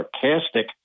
sarcastic